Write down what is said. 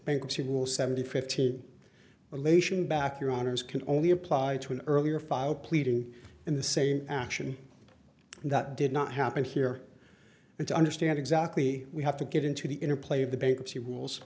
bankruptcy will seventy fifteen elation back your honour's can only apply to an earlier filed pleading in the same action that did not happen here and to understand exactly we have to get into the interplay of the bankruptcy rules